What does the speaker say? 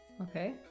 Okay